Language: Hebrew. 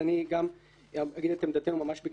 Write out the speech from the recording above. אז אני אגיד את עמדתנו ממש בקצרה.